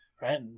Right